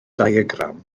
diagram